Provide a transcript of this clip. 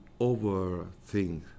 overthink